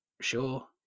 Sure